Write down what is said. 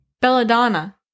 Belladonna